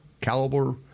caliber